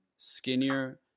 skinnier